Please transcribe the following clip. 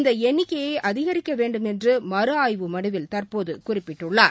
இந்த எண்ணிக்கையை அதிகரிக்க வேண்டும் என்று மறுஆய்வு மனுவில் தற்போது குறிப்பிட்டுள்ளார்